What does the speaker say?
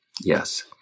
yes